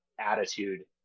attitude